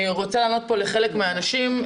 אני רוצה לומר לחלק מהאנשים,